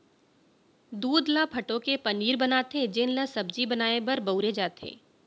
दूद ल फटो के पनीर बनाथे जेन ल सब्जी बनाए बर बउरे जाथे